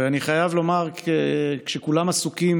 ואני חייב לומר שכשכולם עסוקים